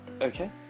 Okay